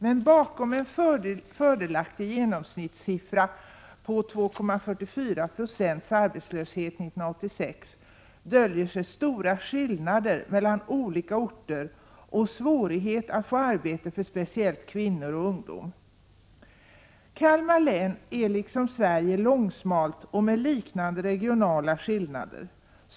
Men bakom en fördelaktig genomsnittssiffra på 2,44 96 arbetslöshet 1986 döljer sig stora skillnader mellan olika orter och svårighet att få arbete för speciellt kvinnor och ungdomar. Kalmar län är liksom Sverige långsmalt och med liknande regionala skillnader.